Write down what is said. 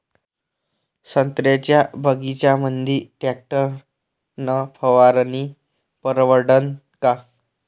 संत्र्याच्या बगीच्यामंदी टॅक्टर न फवारनी परवडन का?